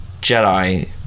Jedi